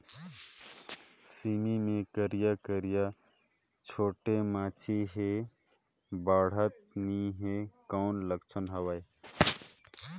सेमी मे करिया करिया छोटे माछी हे बाढ़त नहीं हे कौन लक्षण हवय?